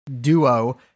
duo